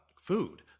food